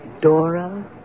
Dora